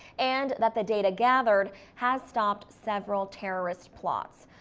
and that the data gathered has stopped several terrorist plots.